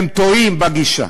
אתם טועים בגישה.